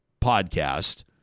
podcast